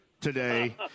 today